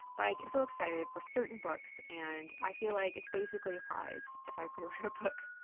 but i get so excited for certain books. and i feel like it's basically a prize if i pre-order a book.